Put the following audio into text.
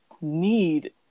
need